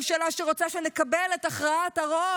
ממשלה שרוצה שנקבל את הכרעת הרוב,